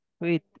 Wait